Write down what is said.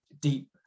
deep